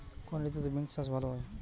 কোন ঋতুতে বিন্স চাষ ভালো হয়?